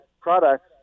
products